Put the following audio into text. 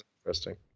Interesting